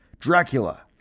Dracula